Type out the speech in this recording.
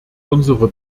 unsere